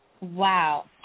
Wow